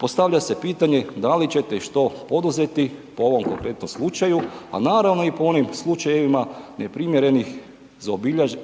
postavlja se pitanje da li ćete i što poduzeti po ovom konkretnom slučaju, a naravno i po onim slučajevima neprimjerenih